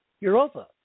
Europa